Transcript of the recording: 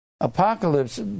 apocalypse